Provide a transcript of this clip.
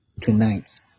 tonight